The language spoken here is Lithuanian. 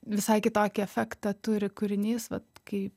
visai kitokį efektą turi kūrinys vat kai